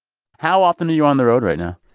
how often are you on the road right now?